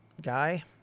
guy